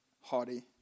haughty